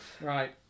Right